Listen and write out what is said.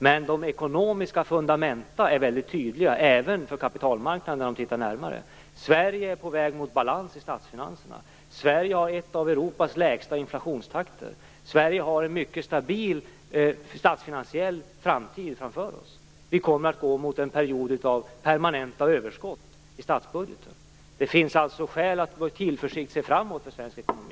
Men de ekonomiska fundamenten är väldigt tydliga om man tittar närmare på dem, även för kapitalmarknaderna. Sverige är på väg mot balans i statsfinanserna. Sverige har en av de lägsta inflationstakterna i Europa. Sverige har en mycket stabil statsfinansiell framtid. Vi kommer att gå mot en period av permanenta överskott i statsbudgeten. Det finns alltså skäl att se framåt med tillförsikt när det gäller svensk ekonomi.